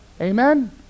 Amen